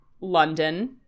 London